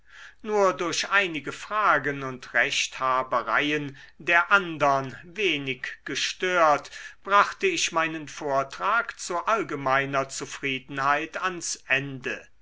nur durch einige fragen und rechthabereien der andern wenig gestört brachte ich meinen vortrag zu allgemeiner zufriedenheit ans ende